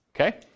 okay